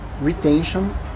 retention